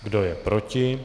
Kdo je proti?